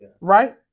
right